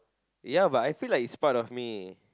ya but I feel like it's part of me